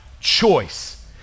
choice